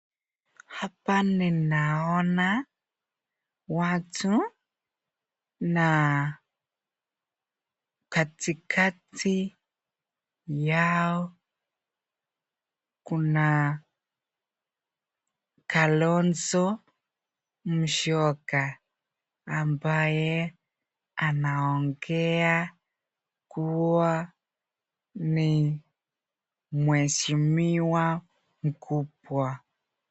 Hapa ninaona watu na katikati yao kuna Kalonzo Musyoka ambaye anaongea kuwa ni mheshiwa mkubwa.